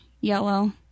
yellow